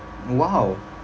!wow!